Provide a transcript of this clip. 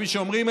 כפי שאומרים,